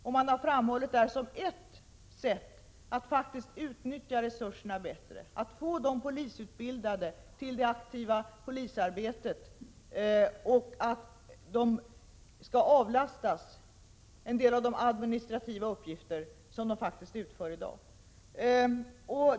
Man har där framhållit som ett sätt att faktiskt utnyttja resurserna bättre att få de polisutbildade till det aktiva polisarbetet och avlasta dem en del av de administrativa uppgifter som de utför i dag.